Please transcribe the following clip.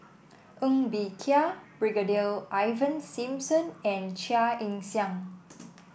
Ng Bee Kia Brigadier Ivan Simson and Chia Ann Siang